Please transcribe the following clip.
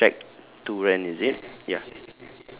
it's the shack to rent is it ya